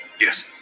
Yes